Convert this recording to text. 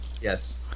yes